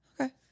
Okay